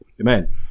Amen